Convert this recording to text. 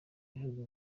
bihugu